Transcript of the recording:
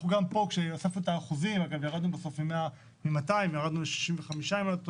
גם פה ירדנו בסוף מ-200% ל-65% אם אני לא טועה.